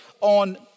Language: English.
on